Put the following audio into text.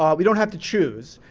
um we don't have to choose.